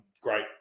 great